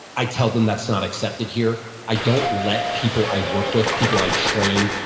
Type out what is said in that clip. i tell them that's not accepted here. i don't let people i work with, people i train,